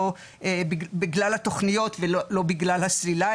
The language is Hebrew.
בגלל התכניות ולא בגלל הסלילה,